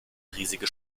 riesige